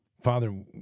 Father